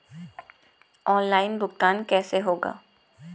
Online भुगतान कैसे होगा?